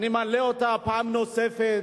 אני מעלה אותה פעם נוספת